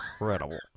incredible